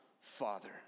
Father